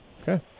Okay